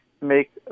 make